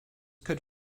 could